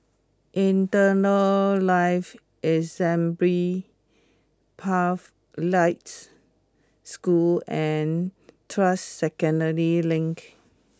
Eternal Life Assembly Pathlights School and Tuas Second Link